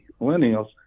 Millennials